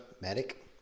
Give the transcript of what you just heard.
medic